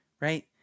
right